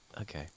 Okay